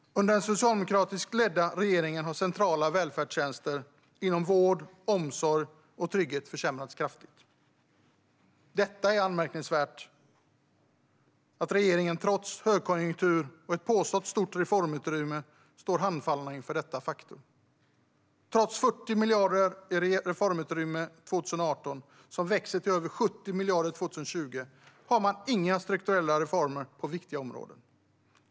Under den socialdemokratiskt ledda regeringen har centrala välfärdstjänster inom vård, omsorg och trygghet försämrats kraftigt. Det är anmärkningsvärt att regeringen trots högkonjunktur och ett påstått stort reformutrymme står handfallen inför detta faktum. Trots 40 miljarder i reformutrymme 2018 som växer till över 70 miljarder 2020 har man inga strukturella reformer på viktiga områden.